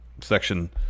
section